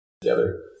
together